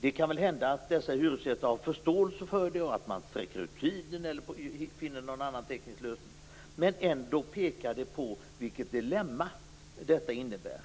Det kan väl hända att hyresgästerna har förståelse för detta, att man sträcker ut tiden för det eller att man finner någon annan teknisk lösning. Men ändå pekar det på det dilemma som detta innebär.